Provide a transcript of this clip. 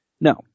No